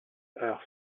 herth